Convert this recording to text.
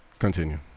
continue